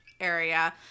area